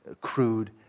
crude